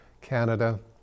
canada